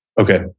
Okay